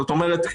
זאת אומרת,